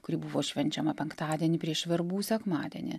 kuri buvo švenčiama penktadienį prieš verbų sekmadienį